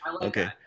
okay